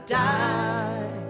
die